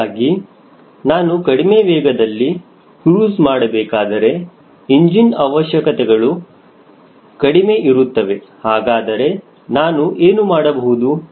ಹೀಗಾಗಿ ನಾನು ಕಡಿಮೆ ವೇಗದಲ್ಲಿ ಕ್ರೂಜ್ ಮಾಡಬೇಕಾದರೆ ಇಂಜಿನ್ ಅವಶ್ಯಕತೆಗಳು ಕಡಿಮೆ ಇರುತ್ತವೆ ಹಾಗಾದರೆ ನಾನು ಏನು ಮಾಡಬಹುದು